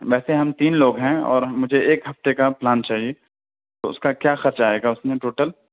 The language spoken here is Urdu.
ویسے ہم تین لوگ ہیں اور مجھے ایک ہفتے کا پلان چاہیے تو اس کا کیا خرچہ آئے گا اس میں ٹوٹل